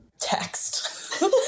text